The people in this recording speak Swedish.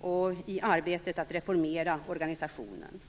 och i arbetet för att reformera organisationen.